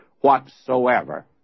whatsoever